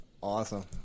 Awesome